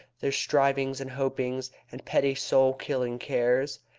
their strivings and hopings and petty soul-killing cares.